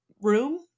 room